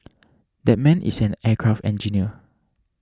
that man is an aircraft engineer